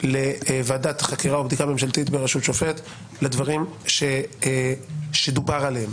לוועדת חקירה או בדיקה ממשלתית בראשות שופט לדברים שדובר עליהם.